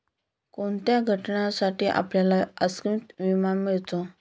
कोणत्या घटनांसाठी आपल्याला आकस्मिक विमा मिळतो?